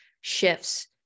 shifts